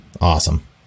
awesome